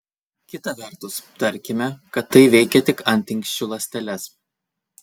kita vertus tarkime kad tai veikia tik antinksčių ląsteles